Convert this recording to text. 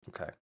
okay